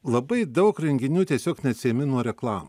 labai daug renginių tiesiog neatsiejami nuo reklamų